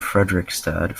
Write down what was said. fredrikstad